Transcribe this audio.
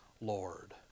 Lord